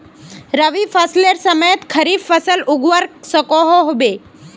रवि फसलेर समयेत खरीफ फसल उगवार सकोहो होबे?